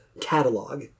catalog